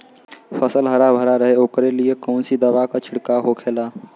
फसल हरा भरा रहे वोकरे लिए कौन सी दवा का छिड़काव होखेला?